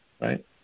right